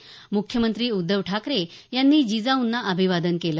म्ख्यमंत्री उद्धव ठाकरे यांनी जिजाऊंना अभिवादन केलं